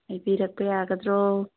ꯍꯥꯏꯕꯤꯔꯛꯄ ꯌꯥꯒꯗ꯭ꯔꯣ